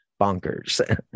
bonkers